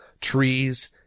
trees